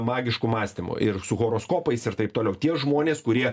magišku mąstymu ir su horoskopais ir taip toliau tie žmonės kurie